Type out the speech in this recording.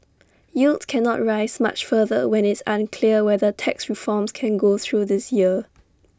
yields cannot rise much further when IT is unclear whether tax reforms can go through this year